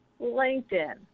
LinkedIn